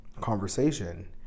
conversation